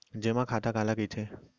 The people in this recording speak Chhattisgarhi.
जेमा खाता काला कहिथे?